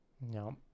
no